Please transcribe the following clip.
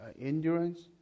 endurance